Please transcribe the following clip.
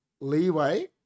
leeway